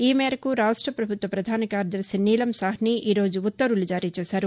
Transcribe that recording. ఈ మేరకు రాష్ట ప్రభుత్వ ప్రధాన కార్యదర్శి నీలం సాహ్ని ఈ రోజు ఉత్తర్వులు జారీ చేశారు